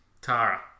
Tara